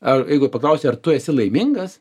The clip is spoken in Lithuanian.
ar jeigu paklausi ar tu esi laimingas